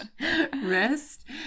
rest